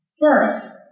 First